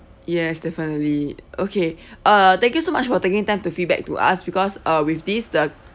yes definitely okay uh thank you so much for taking time to feedback to us because uh with this the